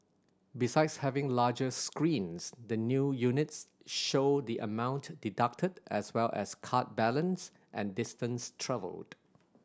besides having larger screens the new units show the amount deducted as well as card balance and distance travelled